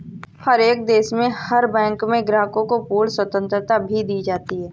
हर एक देश में हर बैंक में ग्राहकों को पूर्ण स्वतन्त्रता भी दी जाती है